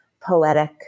poetic